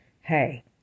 hey